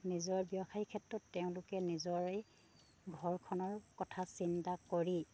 নিজৰ ব্যৱসায়ৰ ক্ষেত্ৰত তেওঁলোকে নিজৰে ঘৰখনৰ কথা চিন্তা কৰি